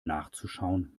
nachzuschauen